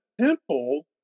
temple